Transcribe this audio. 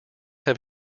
have